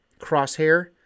crosshair